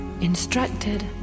instructed